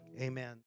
amen